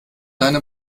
deine